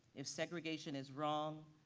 if segregation is wrong,